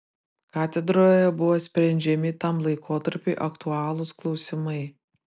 katedroje buvo sprendžiami tam laikotarpiui aktualūs klausimai